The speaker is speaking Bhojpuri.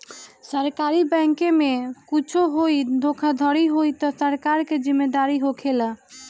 सरकारी बैंके में कुच्छो होई धोखाधड़ी होई तअ सरकार के जिम्मेदारी होखेला